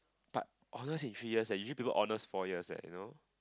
but honours in three years leh usually people four years leh you know